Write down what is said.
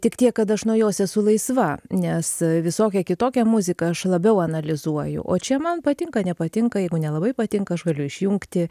tik tiek kad aš nuo jos esu laisva nes visokią kitokią muziką aš labiau analizuoju o čia man patinka nepatinka jeigu nelabai patinka žvaliu išjungti